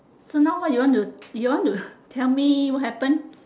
so now what you want to you want to tell me what happened